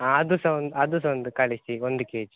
ಹಾಂ ಅದು ಸಹ ಒಂದು ಅದು ಸಹ ಒಂದು ಕಳಿಸಿ ಒಂದು ಕೆಜಿ